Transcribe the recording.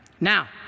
now